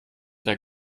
der